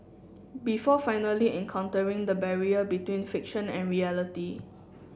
before finally encountering the barrier between fiction and reality